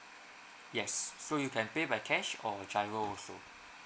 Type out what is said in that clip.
yes so you can pay by cash or G_I_R_O also